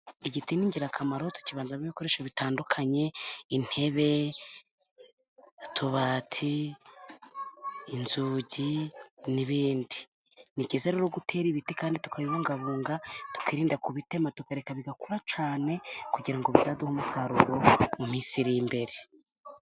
Igiti ni ingirakamaro tukibazamo ibikoresho bitandukanye. Intebe, utubati, inzugi n'ibindi. Ni byiza rero gutera ibiti kandi tukabibungabunga, tukirinda kubitema, tukareka bigakura cyane, kugira ngo bizaduhe umusaruro mu minsi iri imbere.